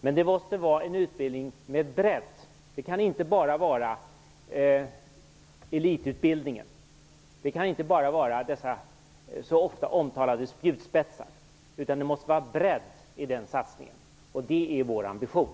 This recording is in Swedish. Men det måste vara en utbildning med bredd, det kan inte bara vara fråga om elitutbildningen, det kan inte bara vara dessa så ofta omtalade spjutspetsar, utan det måste vara bredd i den satsningen. Det är vår ambition.